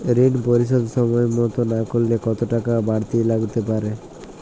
ঋন পরিশোধ সময় মতো না করলে কতো টাকা বারতি লাগতে পারে?